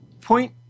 point